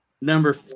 Number